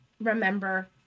remember